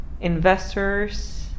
investors